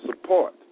support